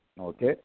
Okay